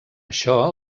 això